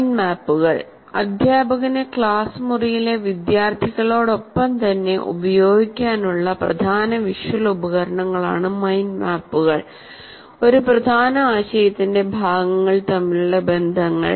mind മാപ്പുകൾ അദ്ധ്യാപകന് class മുറിയിലെ വിദ്യാർത്ഥികളോടൊപ്പം തന്നെ ഉപയോഗിക്കാനുള്ള പ്രധാന വിഷ്വൽ ഉപകരണങ്ങളാണ് മൈൻഡ് മാപ്പുകൾ ഒരു പ്രധാന ആശയത്തിന്റെ ഭാഗങ്ങൾ തമ്മിലുള്ള ബന്ധങ്ങൾ